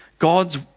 God's